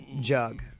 jug